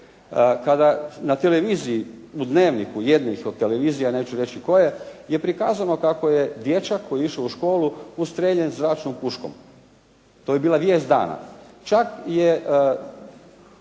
Kada na televiziji, u "Dnevniku", jednih od televizija, neću reći koje je prikazano kako je dječak koji je išao u školu ustrijeljen zračnom puškom. To je bila vijest dana. Čak je,